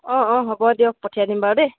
অঁ অঁ হ'ব দিয়ক পঠিয়াই দিম বাৰু দেই